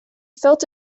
felt